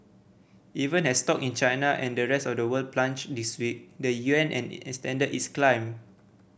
even as stock in China and the rest of the world plunged this week the yuan has extended its climb